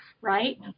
right